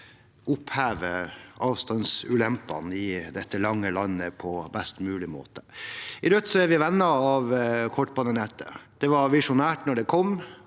opphever avstandsulempene i dette lange landet på best mulig måte. I Rødt er vi venner av kortbanenettet. Det var visjonært da det kom,